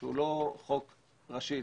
שהוא לא חוק ראשי